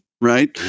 right